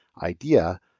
idea